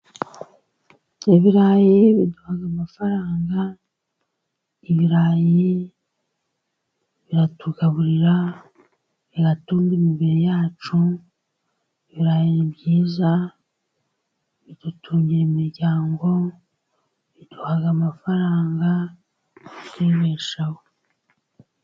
Ibirayi biduha amafaranga, ibirayi biratugaburira, bigatunga imibiri yacu. Ibirayi ni byiza bidutungira imiryango, biduha amafaranga, tukibeshaho.